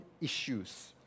issues